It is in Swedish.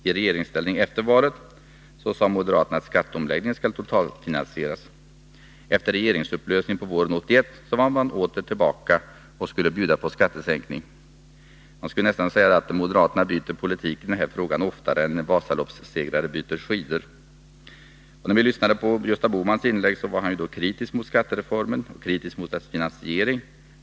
I regeringsställning efter valet sade de att skatteomläggningen skall totalfinansieras. Efter regeringsupplösningen våren 1981 var man åter tillbaka och skulle bjuda på skattesänkning. Man skulle nästan kunna säga att moderaterna byter politik i den här frågan oftare än en Vasaloppssegrare byter skidor. När vi lyssnade till Gösta Bohmans inlägg kunde vi konstatera att han var kritisk mot skattereformen och kritisk mot dess finansiering.